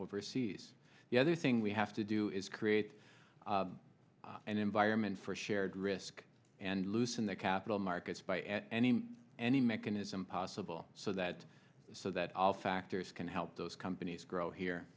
overseas the other thing we have to do is create an environment for shared risk and loosen the capital markets by any any mechanism possible so that so that all factors can help those companies grow here